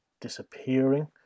disappearing